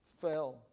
fell